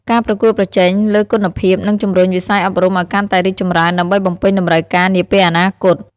ការប្រកួតប្រជែងលើគុណភាព នឹងជំរុញវិស័យអប់រំឲ្យកាន់តែរីកចម្រើនដើម្បីបំពេញតម្រូវការនាពេលអនាគត។